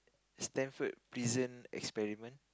Stanford Prison Experiment